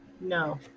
No